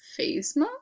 Phasma